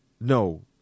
no